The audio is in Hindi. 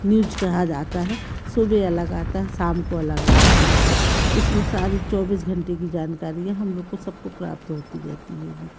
न्यूज कहा जाता है सुबह अलग आता है शाम को अलग आता हेगा इस सारी चौबीस घंटे की जानकारियाँ हम लोग को सबको प्राप्त होती रहती होंगी